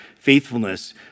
faithfulness